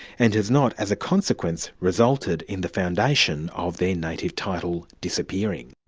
and has not as a consequence resulted in the foundation of their native title disappearing.